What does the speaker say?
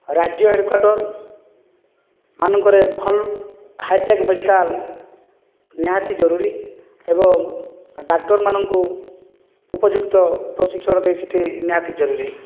ରାଜ୍ୟ ହେଡ଼କ୍ୱାଟରମାନଙ୍କରେ ଭଲ ହାଇଟେକ୍ ମେଡ଼ିକାଲ ନିହାତି ଜରୁରୀ ଏବଂ ଡାକ୍ତରମାନଙ୍କୁ ଉପଯୁକ୍ତ ପ୍ରଶିକ୍ଷଣ ଦେଇ ସେଠି ନିହାତି ଜରୁରୀ